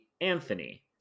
Anthony